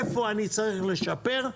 איפה אני צריך לשפר,